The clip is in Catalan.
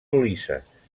ulisses